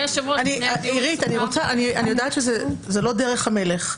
--- עירית, אני יודעת שזה לא דרך המלך,